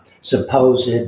supposed